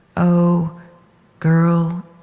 o girl,